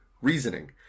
reasoning